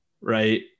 Right